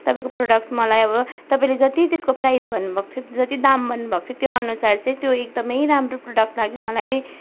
तपाईँको प्रोडक्ट मलाई अब तपाईँले जति त्यसको प्राइज भन्नु भएको थियो जति दाम भन्नु भएको थियो त्योअनुसार चाहिँ त्यो एकदमै राम्रो प्रोडक्ट लाग्यो मलाई